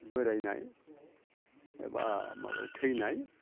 बोरायनाय एबा माबा थैनाय